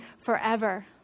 forever